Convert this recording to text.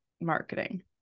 marketing